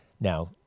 Now